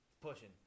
Pushing